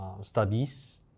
studies